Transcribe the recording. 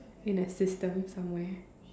in a system somewhere